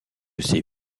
ces